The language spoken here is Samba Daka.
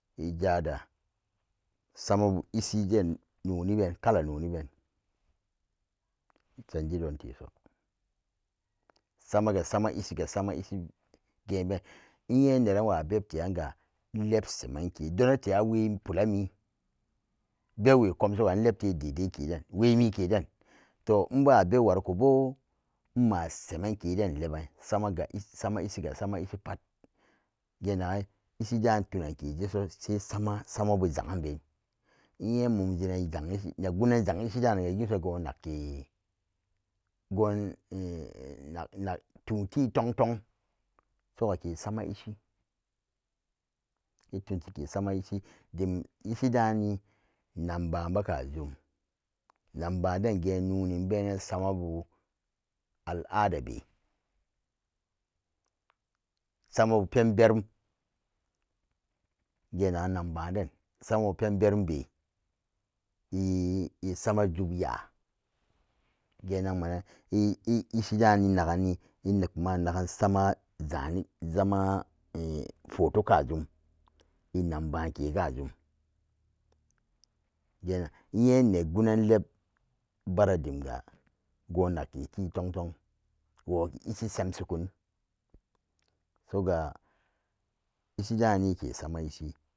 Ijada samabu ishiden noniben kala noniben ichange don teso sam aga sama ishi geben inpene wabeb teranga leb shemenke donale a wemi bebwe komsuga inlebtegi dedeke den wemike den toh nmbawa bebwari koba nma shemenke den leban samaga sama ishipat ge nagan ishidan kunan keskeso sai sama samaba zanyen ben inyenmu m janabu zan negonan zan ishi danifga kinso ke gon nau tun te ton ton suga ke sama ishi itunk shi ke sama ishi iton ke sama ishi dem ishi rani namba ma gajum zamba dan genoni benan sama bu all ada dee sama bu penberum genagan den ban de iwo pen verumbe isamaxa genan man ishi dani nagani inak ixa nagan sama zane zaman photo kagum ko namban ke kajum genar inyen nagunan lebbura demgan gonna ke te ton ton ishi shem shi kon sugar ishi dani ke sama ishi